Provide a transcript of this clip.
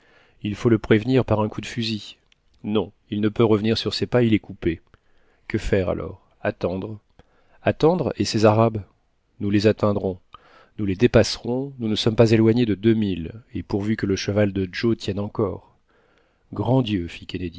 il faut le prévenir par un coup de fusil non il ne peut revenir sur ses pas il est coupé que faire alors attendre attendre et ces arabes nous les atteindrons nous les dépasserons nous ne sommes pas éloignés de deux milles et pourvu que le cheval de joe tienne encore grand dieu